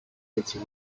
этим